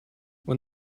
when